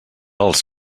als